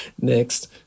Next